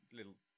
little